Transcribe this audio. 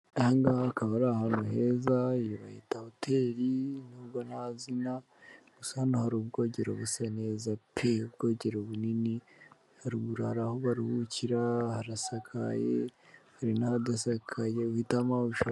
Aha ngaha hakaba ari ahantu heza, iyi bayita hoteri n'ubwo nta zina, gusa hano hari ubwogero busa neza pe! Ubwogero bunini, hari uburiri aho baruhukira, harasakaye hari n'ahadasakaye uhitamo aho ushaka.